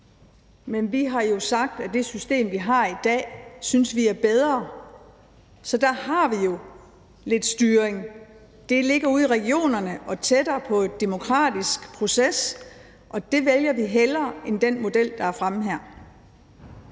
Men vi har jo sagt, at det system, der er i dag, synes vi er bedre, så der har vi jo lidt styring. Det ligger ude i regionerne og tættere på en demokratisk proces, og det vil vi hellere vælge end den model, der er fremme her.